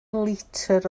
litr